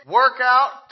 workout